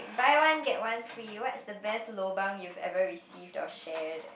buy one get one free what is the best lobang you've ever received or shared